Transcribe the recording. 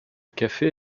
café